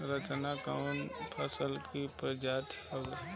रचना कवने फसल के प्रजाति हयुए?